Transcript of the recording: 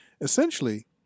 essentially